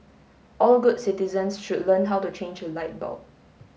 all good citizens should learn how to change a light bulb